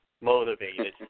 motivated